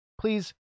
please